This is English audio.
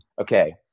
Okay